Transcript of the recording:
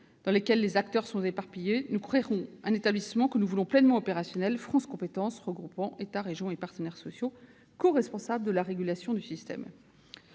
dans lesquels les acteurs sont éparpillés, nous créons un établissement que nous voulons pleinement opérationnel, France compétences, qui regroupera l'État, les régions et les partenaires sociaux, ainsi coresponsables de la régulation du système.